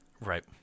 Right